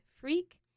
freak